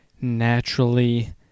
Naturally